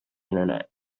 internet